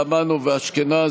(תיקון),